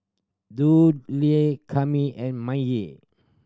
Dudley Kami and Maye